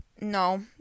No